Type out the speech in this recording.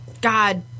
God